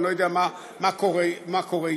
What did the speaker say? אני לא יודע מה קורה אתו.